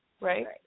Right